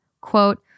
quote